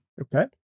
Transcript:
Okay